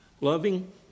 loving